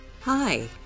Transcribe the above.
hi